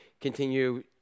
continue